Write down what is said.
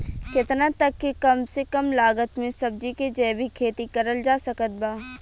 केतना तक के कम से कम लागत मे सब्जी के जैविक खेती करल जा सकत बा?